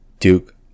Duke